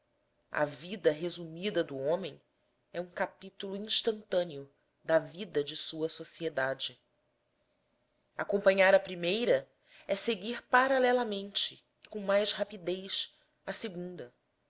a vida resumida do homem é um capítulo instantâneo da vida de sua sociedade acompanhar a primeira é seguir paralelamente e com mais rapidez a segunda